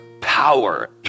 power